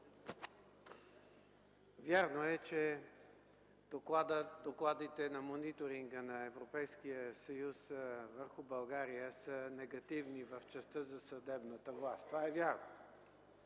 Вярно е, че докладите на мониторинга на Европейския съюз върху България са негативни в частта за съдебната власт. Това е вярно.